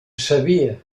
sabia